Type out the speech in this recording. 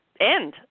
end